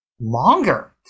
Longer